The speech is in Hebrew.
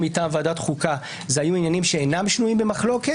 מטעם ועדת חוקה זה היו עניינים שאינם שנויים במחלוקת.